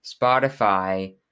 Spotify